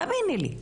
תאמיני לי,